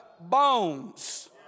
bones